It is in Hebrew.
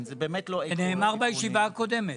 זה אמר בישיבה הקודמת.